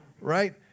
Right